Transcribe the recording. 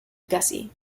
gussie